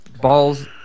balls